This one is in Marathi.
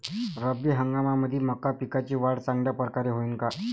रब्बी हंगामामंदी मका पिकाची वाढ चांगल्या परकारे होईन का?